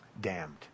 Damned